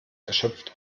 erschöpft